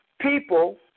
people